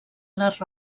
les